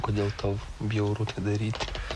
kodėl tau bjauru tai daryti